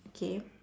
okay